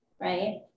right